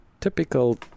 typical